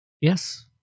Yes